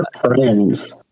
friends